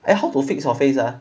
eh how to fix your face ah